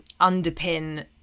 underpin